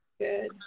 good